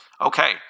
Okay